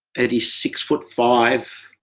at his six foot five,